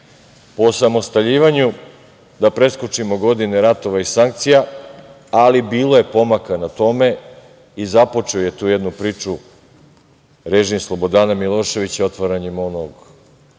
osamostaljivanju, da preskočimo godine ratova i sankcija, ali bilo je pomaka na tome i započeo je tu jednu priču režim Slobodana Miloševića otvaranjem one